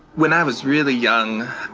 when i was really young,